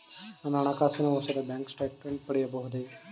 ನನ್ನ ಹಣಕಾಸಿನ ವರ್ಷದ ಬ್ಯಾಂಕ್ ಸ್ಟೇಟ್ಮೆಂಟ್ ಪಡೆಯಬಹುದೇ?